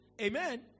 Amen